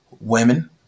women